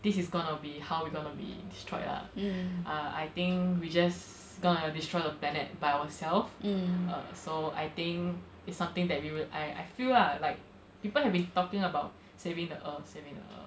this is gonna be how we are gonna be destroyed ah ah I think we just gonna destroy the planet by ourselves err so I think it's something that we will I I feel lah like people have been talking about saving the earth saving the earth